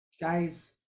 Guys